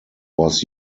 was